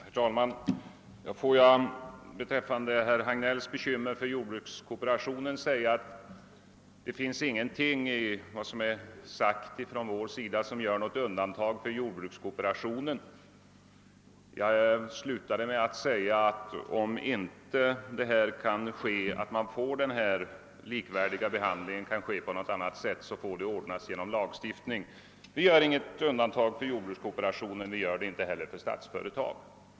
Herr talman! Får jag beträffande herr Hagnells bekymmer för jordbrukskooperationen säga att det inte finns någonting i det som framhållits från vår sida som 'gör något undantag för jordbrukskooperationen. Jag slutade med att säga: Om denna likvärdiga behandling inte kan ske på annat sätt, får det ordnas genom lagstiftning. Vi gör inget undantag för jordbrukskooperationen, och vi gör det inte heller för statsföretag.